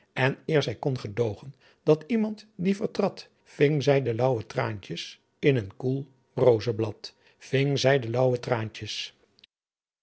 en eer zij kon gedoogen dat iemandt die vertrad ving zij de laauwe traantjes in een koel roozeblad ving zij de laauwe traantjes